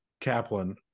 Kaplan